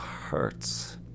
hurts